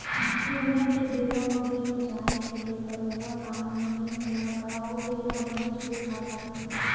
बिहनिया के बेरा म बेंक जाय ले बरोबर काम ह नइ होवय गा ओ बेरा बनेच भीड़ भाड़ रथे